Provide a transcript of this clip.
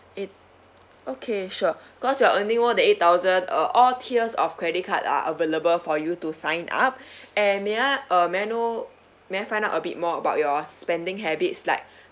eight okay sure because your earning more than eight thousand uh all tiers of credit card are available for you to sign up and may I uh may I know may I find out a bit more about your spending habits like